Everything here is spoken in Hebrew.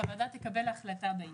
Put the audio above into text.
שהוועדה תקבל החלטה בעניין.